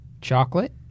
Chocolate